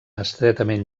estretament